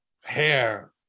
hair